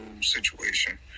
situation